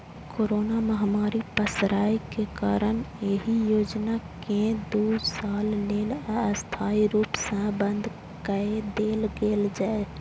corona महामारी पसरै के कारण एहि योजना कें दू साल लेल अस्थायी रूप सं बंद कए देल गेल छै